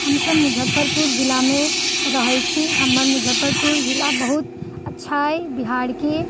हमसभ मुजफ्फरपुर जिला मे रहै छी हमर मुजफ्फरपुर जिला बहुत अच्छा अछि बिहार के